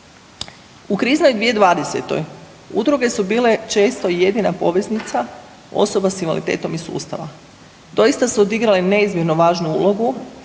U kriznoj 2020.-toj udruge su bile često jedina poveznica osoba s invaliditetom i sustava. Doista su odigrale neizmjerno važnu ulogu